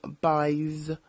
buys